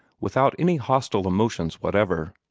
without any hostile emotions whatever.